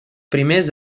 primers